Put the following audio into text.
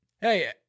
Hey